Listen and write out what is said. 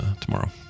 tomorrow